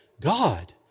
God